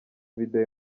videwo